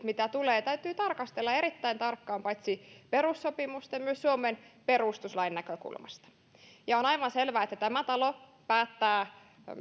mitä tulee täytyy tarkastella erittäin tarkkaan paitsi perussopimusten myös suomen perustuslain näkökulmasta on aivan selvää että tämä talo päättää